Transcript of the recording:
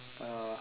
uh